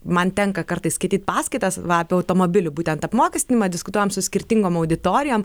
man tenka kartais skaityt paskaitas va apie automobilių būtent apmokestinimą diskutuojam su skirtingom auditorijom